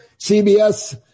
CBS